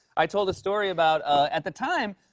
i told a story about at the time,